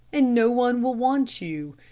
and no one will want you.